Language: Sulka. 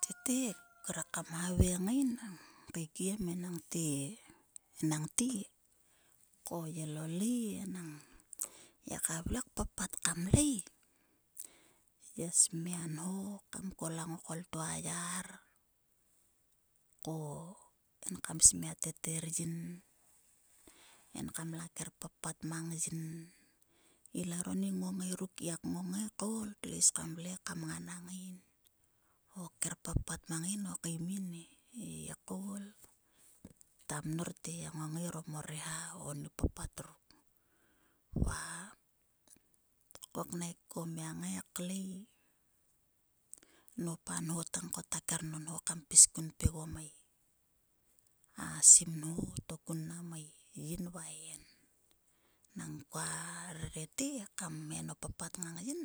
Tete kre kam havaing yin enangte engangte ko ula lei e ngiaka vle kpapat kam lei ngiasmia nho kam kol a ngokol yo a yar ko enkam smia teter yin en kam la kerpapat mang yin ula ro ni ngongia ruk ngaik ngongai koul tlo is kam vle ka mnganang yin o kerpapat mang yin o keim yine. Ngiak koul ta mnor te yi ngongai orom o reha o o papat ruk va koknaik ko miak kngai klei nop a nho tang ko ta kernonho kam pis kum pgegom mei. A sim nho to kun mnaam mei yin va en. Nang kua rere te kmen o papat ngang yin.